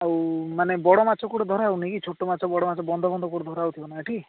ଆଉ ମାନେ ବଡ଼ ମାଛ କେଉଁଠି ଧରା ହେଉନି କି ଛୋଟ ମାଛ ବଡ଼ ମାଛ ବନ୍ଧ ଫନ୍ଧ କେଉଁଠି ଧରା ହଉଥିବ ନା ଏଠି